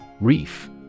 Reef